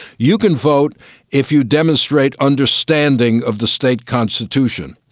you can vote if you demonstrate understanding of the state constitution.